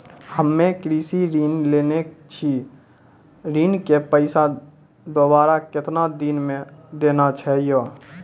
हम्मे कृषि ऋण लेने छी ऋण के पैसा दोबारा कितना दिन मे देना छै यो?